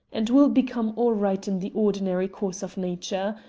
and will become all right in the ordinary course of nature.